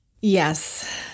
Yes